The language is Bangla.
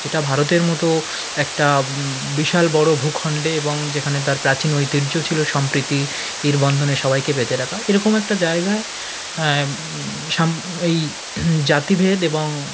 যেটা ভারতের মতো একটা বিশাল বড় ভূখণ্ডে এবং যেখানে তার প্রাচীন ঐতিহ্য ছিল সম্প্রীতি বন্ধনে সবাইকে বেঁধে রাখা এরকম একটা জায়গায় এই জাতিভেদ এবং